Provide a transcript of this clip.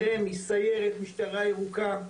אם זה איכות הסביבה,